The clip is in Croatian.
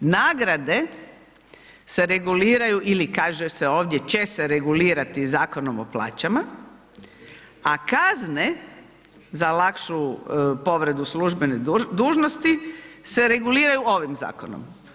Nagrade se reguliraju ili kaže se ovdje će se regulirati Zakonom o plaćama, a kazne za lakšu povredu službene dužnosti se reguliraju ovim zakonom.